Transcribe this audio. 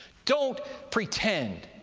don't pretend